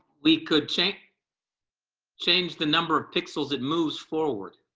we could change change the number of pixels, it moves forward.